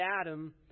Adam